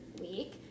week